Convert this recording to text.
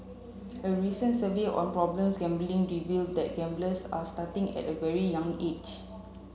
a recent survey on problems gambling reveals that gamblers are starting at very young age